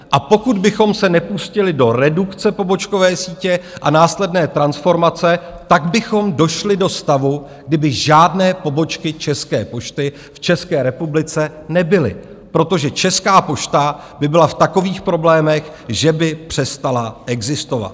A pokud bychom se nepustili do redukce pobočkové sítě a následné transformace, tak bychom došli do stavu, kdy by žádné pobočky České pošty v České republice nebyly, protože Česká pošta by byla v takových problémech, že by přestala existovat.